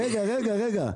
רגע, רגע.